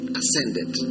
ascended